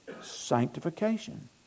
sanctification